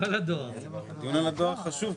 אתם צופים עלייה במחירי החשמל בחורף 22'?